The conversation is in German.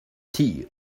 tier